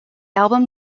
album